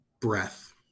breath